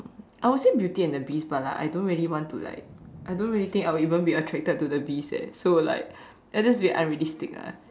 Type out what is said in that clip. I would say beauty and beast but like I don't really want to like I don't really think I will even be attracted to the beast eh so like and that's a bit unrealistic lah